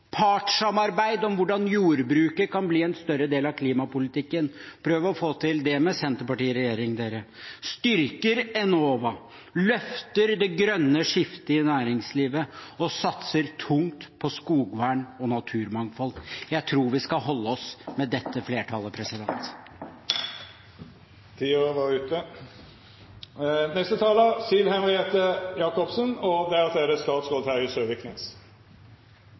partssamarbeid om hvordan jordbruket kan bli en større del av klimapolitikken – prøv å få til det med Senterpartiet i regjering – som styrker Enova, løfter det grønne skiftet i næringslivet og satser tungt på skogvern og naturmangfold. Jeg tror vi skal holde oss med dette flertallet.